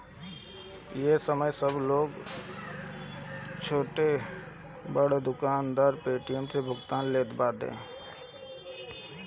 ए समय सब छोट बड़ दुकानदार पेटीएम से भुगतान लेत बाने